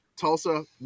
Tulsa